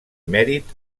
mèrit